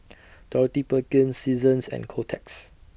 Dorothy Perkins Seasons and Kotex